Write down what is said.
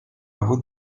avut